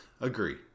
Agree